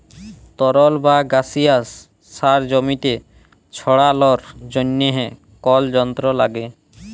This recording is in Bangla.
তরল বা গাসিয়াস সার জমিতে ছড়ালর জন্হে কল যন্ত্র লাগে